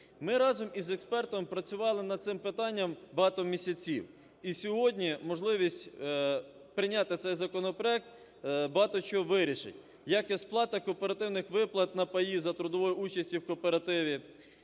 Ми разом із експертами працювали над цим питанням багато місяців. І сьогодні можливість прийняти цей законопроект багато чого вирішить, як і сплата кооперативних виплат на паї за трудової участі в кооперативі.